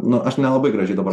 nu aš nelabai gražiai dabar